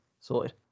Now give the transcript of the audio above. sorted